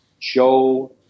Show